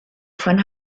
von